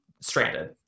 stranded